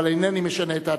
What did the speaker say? אבל אינני משנה את ההצבעה.